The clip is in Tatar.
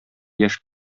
яшь